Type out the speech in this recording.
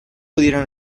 pudieron